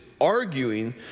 arguing